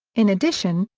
in addition,